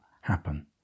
happen